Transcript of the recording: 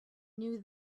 knew